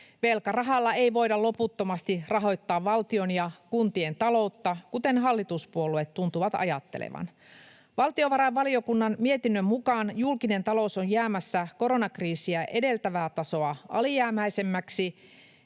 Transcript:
Velkarahalla ei voida loputtomasti rahoittaa valtion ja kuntien taloutta, kuten hallituspuolueet tuntuvat ajattelevan. Valtiovarainvaliokunnan mietinnön mukaan julkinen talous on jäämässä koronakriisiä edeltävää tasoa alijäämäisemmäksi